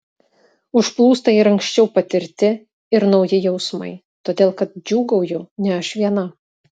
užplūsta ir anksčiau patirti ir nauji jausmai todėl kad džiūgauju ne aš viena